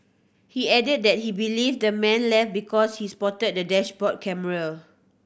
he added that he believes the man left because he spotted the dashboard camera